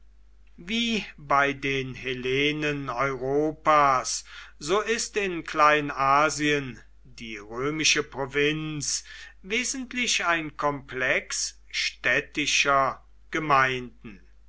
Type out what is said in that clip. wie bei den hellenen europas so ist in kleinasien die römische provinz wesentlich ein komplex städtischer gemeinden